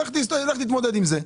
לכו תתמודדו עם זה.